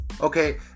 Okay